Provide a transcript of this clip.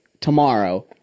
tomorrow